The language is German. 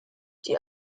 die